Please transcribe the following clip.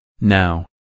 now